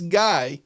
guy